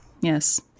yes